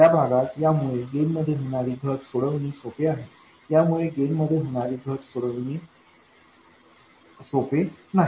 या भागात या मुळे गेन मध्ये होणारी घट सोडवणे सोपे आहे यामुळे गेन मध्ये होणारी घट सोडवणे सोपे नाही